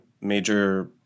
major